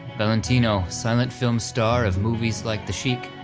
valentino, silent film star of movies like the sheik,